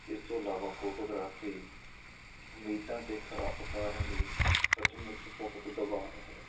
ਇਸ ਤੋਂ ਇਲਾਵਾ ਫੋਟੋਗ੍ਰਾਫੀ ਉਮੀਦਾਂ 'ਤੇ ਖਰਾ ਉਤਾਰਨ ਲਈ ਸੱਚਮੁੱਚ ਬਹੁਤ ਦਬਾਓ ਹੈ